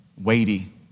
weighty